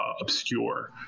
obscure